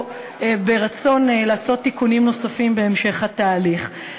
או ברצון לעשות תיקונים נוספים בהמשך התהליך.